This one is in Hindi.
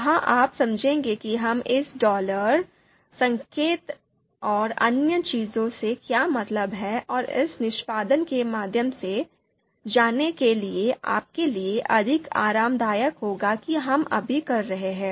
वहां आप समझेंगे कि हम इस डॉलर संकेतन और अन्य चीजों से क्या मतलब है और इस निष्पादन के माध्यम से जाने के लिए आपके लिए अधिक आरामदायक होगा कि हम अभी कर रहे हैं